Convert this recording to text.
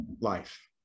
life